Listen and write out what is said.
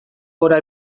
gora